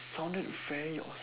sounded very awes~